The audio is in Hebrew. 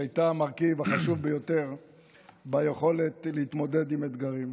שהייתה המרכיב החשוב ביותר ביכולת להתמודד עם אתגרים.